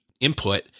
input